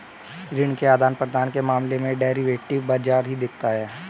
ऋण के आदान प्रदान के मामले डेरिवेटिव बाजार ही देखता है